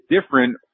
different